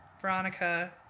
Veronica